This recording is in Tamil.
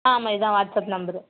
ஆமாம் இதுதான் வாட்ஸ்ஆப் நம்பரு